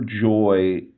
joy